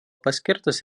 paskirtas